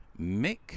Mick